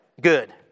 Good